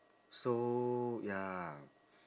so ya